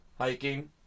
hiking